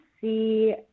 see